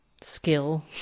skill